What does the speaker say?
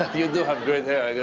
ah you do have great hair.